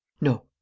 No